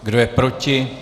Kdo je proti?